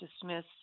dismiss